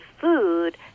food